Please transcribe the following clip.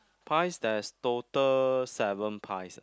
pies there's total seven pies